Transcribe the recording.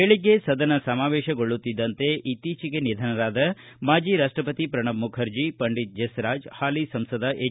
ಬೆಳಿಗ್ಗೆ ಸದನ ಸಮಾವೇಶಗೊಳ್ಳುತ್ತಿದ್ದಂತೆ ಇತ್ತೀಚೆಗೆ ನಿಧನರಾದ ಮಾಜಿ ರಾಷ್ಟಪತಿ ಪ್ರಣಬ್ ಮುಖರ್ಜಿ ಪಂಡಿತ್ ಜಸ್ರಾಜ್ ಹಾಲಿ ಸಂಸದ ಎಚ್